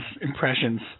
impressions